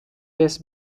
this